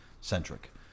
centric